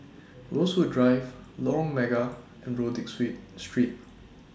Rosewood Drive Lorong Mega and Rodyk Street Street